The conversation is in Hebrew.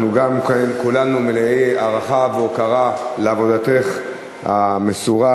כולנו מלאי הערכה והוקרה על עבודתך המסורה,